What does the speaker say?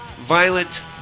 Violent